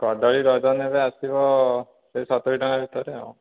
କଦଳୀ ଡଜନ ଏବେ ଆସିବ ସେଇ ସତୁରୀଟଙ୍କା ଭିତରେ ଆଉ